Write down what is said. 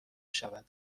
شود